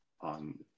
on